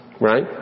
Right